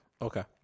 Okay